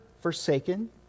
forsaken